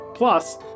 Plus